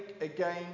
again